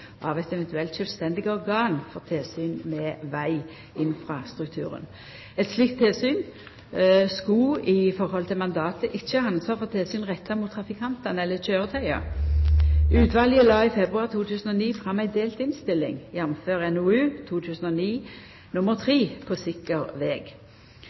av eit eventuelt sjølvstendig organ for tilsyn med veginfrastrukturen. Eit slikt tilsyn skulle i høve til mandatet ikkje ha ansvar for tilsyn retta mot trafikantane eller køyretøya. Utvalet la i februar 2009 fram ei delt innstilling, jf. NOU 2009:3, På sikker veg.